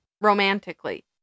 Romantically